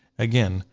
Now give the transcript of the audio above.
again,